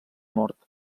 mort